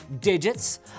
digits